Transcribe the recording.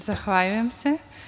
Zahvaljujem se.